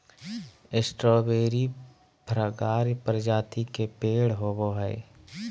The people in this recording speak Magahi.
स्ट्रावेरी फ्रगार्य प्रजाति के पेड़ होव हई